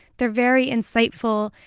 they're very insightful,